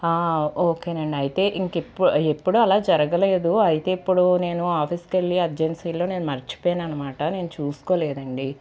ఓకేనండి అయితే ఇంకెపు ఎప్పుడు అలా జరగలేదు అయితే ఇప్పుడు నేను ఆఫీస్కెళ్ళి అర్జెన్సీలో నేను మర్చిపోయాననమాట నేను చూసుకోలేదండి